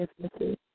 businesses